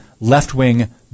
left-wing